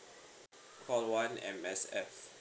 call one M_S_F